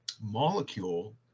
molecule